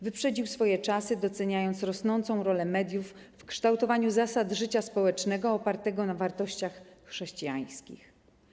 Wyprzedził swoje czasy, doceniając rosnącą rolę mediów w kształtowaniu zasad życia społecznego opartego na wartościach chrześcijańskich.